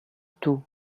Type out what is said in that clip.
tout